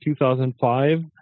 2005